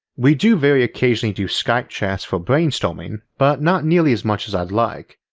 we do very occasionally do skype chats for brainstorming but not nearly as much as i'd like,